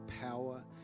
power